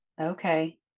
Okay